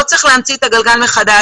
לא צריך להמציא את הגלגל מחדש.